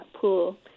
pool